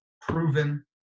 proven